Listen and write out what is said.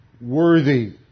worthy